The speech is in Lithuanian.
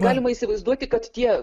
galima įsivaizduoti kad tie